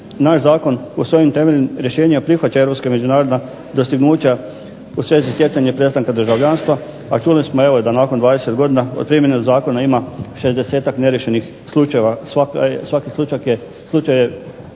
Naš zakon u svojim temeljnim rješenjima prihvaća europska međunarodna dostignuća u svezi stjecanja prestanka državljanstva, čuli smo evo da i nakon 20 godina od primjene zakona ima 60-ak neriješenih slučajeva. Svaki slučaj je